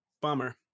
Bummer